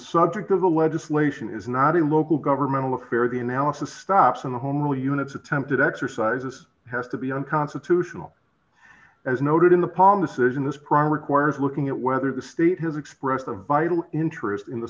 subject of the legislation is not a local governmental affair the analysis stops in the home rule units attempted exercises has to be unconstitutional as noted in the palm decision this problem requires looking at whether the state has expressed a vital interest in the